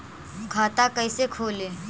खाता कैसे खोले?